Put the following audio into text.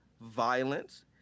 violence